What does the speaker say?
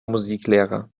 musiklehrer